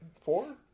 four